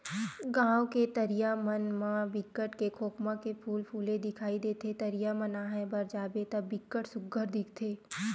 गाँव के तरिया मन म बिकट के खोखमा के फूल फूले दिखई देथे, तरिया म नहाय बर जाबे त बिकट सुग्घर दिखथे